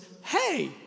hey